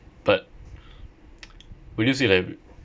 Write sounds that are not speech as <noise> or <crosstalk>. but <noise> would you say like